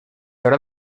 haurà